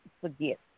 forget